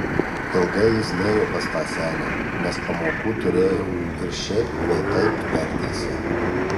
ilgai jis nėjo pas tą senę nes pamokų turėjo ir šiaip bei taip vertėsi